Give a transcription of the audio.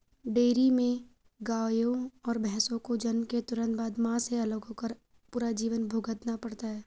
dairy में गायों और भैंसों को जन्म के तुरंत बाद, मां से अलग होकर पूरा जीवन भुगतना पड़ता है